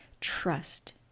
trust